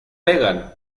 pegan